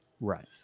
Right